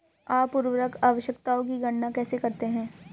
आप उर्वरक आवश्यकताओं की गणना कैसे करते हैं?